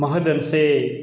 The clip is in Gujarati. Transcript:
મહદ અંશે